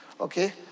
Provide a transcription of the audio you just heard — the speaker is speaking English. okay